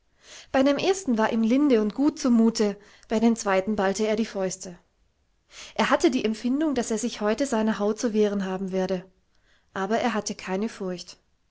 bei dem ersten war ihm linde und gut zu mute bei dem zweiten ballte er die fäuste er hatte die empfindung daß er sich heute seiner haut zu wehren haben werde aber er hatte keine furcht